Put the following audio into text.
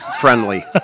friendly